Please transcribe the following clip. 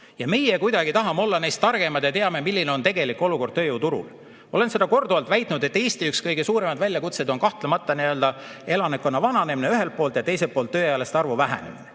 Ja meie kuidagi tahame olla neist targemad ja teame, milline on tegelik olukord tööjõuturul. Olen seda korduvalt väitnud, et Eestis on üks kõige suuremaid väljakutseid kahtlemata elanikkonna vananemine ühelt poolt ja teiselt poolt tööealiste arvu vähenemine.